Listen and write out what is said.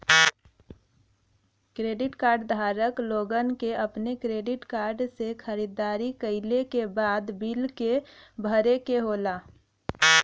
credit card धारक लोगन के अपने क्रेडिट कार्ड से खरीदारी कइले के बाद बिल क भरे क होला